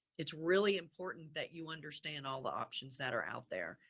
it's really important that you understand all the options that are out there.